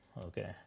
okay